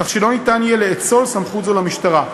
כך שלא יהיה אפשר לאצול סמכות זו למשטרה.